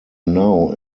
now